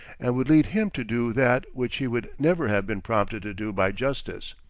and would lead him to do that which he would never have been prompted to do by justice.